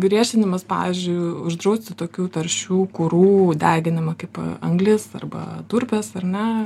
griežtinimas pavyzdžiui uždrausti tokių taršių kurų deginimą kaip anglis arba durpės ar ne